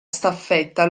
staffetta